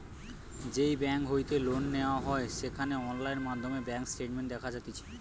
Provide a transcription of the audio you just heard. যেই বেংক হইতে লোন নেওয়া হয় সেখানে অনলাইন মাধ্যমে ব্যাঙ্ক স্টেটমেন্ট দেখা যাতিছে